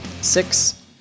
Six